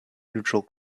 neutral